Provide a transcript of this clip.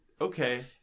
Okay